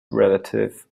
relative